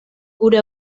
gure